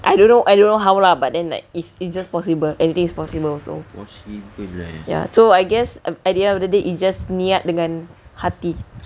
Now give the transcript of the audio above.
I don't know I don't know how lah but then like is is just possible anything is possible also ya so I guess at the end of the day it's just niat dengan hati